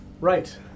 Right